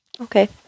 Okay